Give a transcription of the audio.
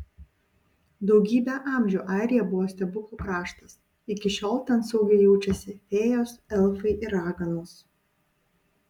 daugybę amžių airija buvo stebuklų kraštas iki šiol ten saugiai jaučiasi fėjos elfai ir raganos